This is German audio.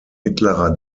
mittlerer